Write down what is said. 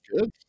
good